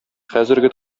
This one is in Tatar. хәзерге